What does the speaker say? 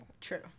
True